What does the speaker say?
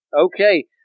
Okay